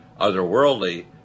otherworldly